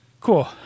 cool